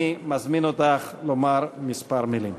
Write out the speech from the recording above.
אני מזמין אותך לומר כמה מילים.